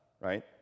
right